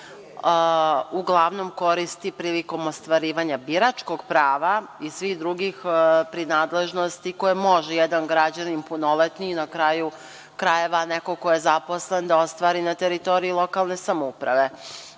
uglavnom koristi prilikom ostvarivanja biračkog prava i svih drugih prinadležnosti koje može jedan građanin punoletni, na kraju krajeva neko ko je zaposlen, da ostvari na teritoriji lokalne samouprave. Ovde